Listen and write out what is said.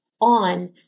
on